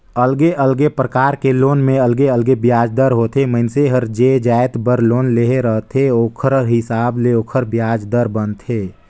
अलगे अलगे परकार के लोन में अलगे अलगे बियाज दर ह होथे, मइनसे हर जे जाएत बर लोन ले रहथे ओखर हिसाब ले ओखर बियाज दर बनथे